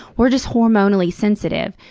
we're just hormonally sensitive.